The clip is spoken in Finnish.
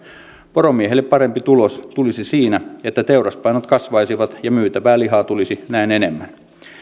poromiehelle parempi tulos tulisi siinä että teuraspainot kasvaisivat ja myytävää lihaa tulisi näin enemmän